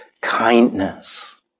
kindness